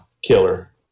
killer